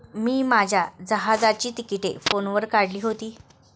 मी माझ्या जहाजाची तिकिटंही फोनवर काढली होती